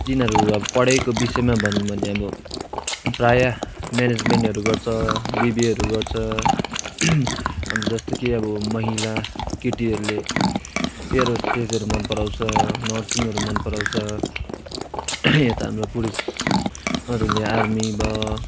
तिनीहरू अब पढाइको विषयमा भनौँ भने अब प्रायः मेनेजमेन्टहरू गर्छ बिबिएहरू गर्छ अब जस्तो कि अब महिला केटीहरूले एयरहस्टेसहरू मन पराउँछ नर्सिङहरू मन पराउँछ यता हाम्रो पुरुषहरूले आर्मी भयो